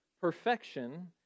perfection